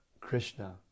Krishna